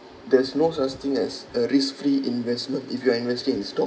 there's no such thing as a risk free investment if you are investing in stocks